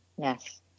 Yes